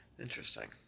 Interesting